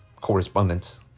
correspondence